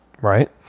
right